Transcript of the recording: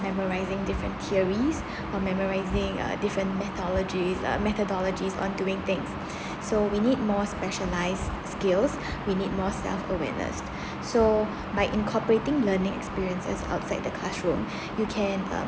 memorizing different theories or memorizing uh different meteorologies methodologies on doing things so we need more specialize skills we need more self awareness so by incorporating learning experiences outside the classroom you can um